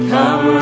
Come